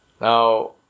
Now